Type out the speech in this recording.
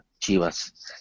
Chivas